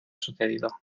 sucedido